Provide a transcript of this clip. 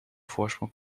voorsprong